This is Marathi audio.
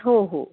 हो हो